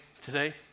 today